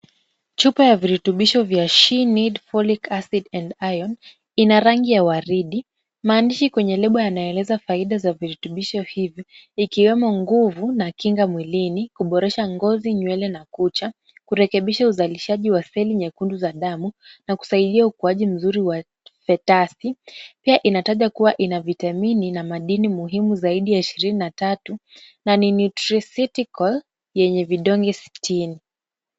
Chupa ya virutubisho vya [ She need Folic acid and Iron ina rangi ya waridi. Maandishi kwenye label yanaeleza faida za virutubisho hivyo ikiwemo nguvu na kinga mwilini, kuboresha ngozi, nywele na kucha, kurekebisha uzalishaji wa seli nyekundu za damu na kusaidia ukuaji mzuri wa potasi. Pia inataja kuwa ina vitamini na madini muhimu zaidi ya ishirini na tatu na ni nutraceutical yenye vidonge sitini.